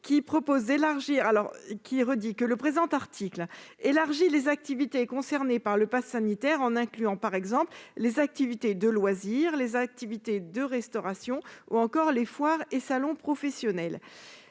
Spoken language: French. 28 rectifié. Le présent article élargit les activités concernées par le passe sanitaire en incluant, par exemple, les activités de loisirs, les activités de restauration ou encore les foires et salons professionnels.